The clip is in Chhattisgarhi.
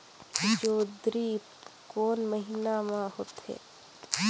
जोंदरी कोन महीना म होथे?